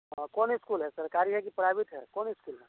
हाँ कौन स्कूल है सरकारी है कि प्राइवेट है कौन स्कूल है